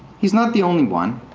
he's not the only one.